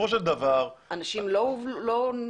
אנשים לא נלקחו?